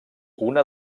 una